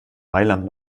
mailand